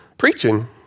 preaching